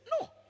no